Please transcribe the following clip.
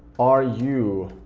are you